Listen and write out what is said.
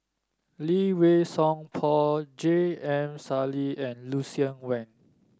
Lee Wei Song Paul J M Sali and Lucien Wang